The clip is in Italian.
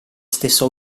stesso